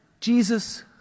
Jesus